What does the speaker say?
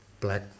black